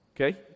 Okay